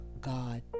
God